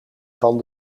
van